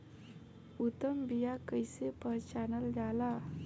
उत्तम बीया कईसे पहचानल जाला?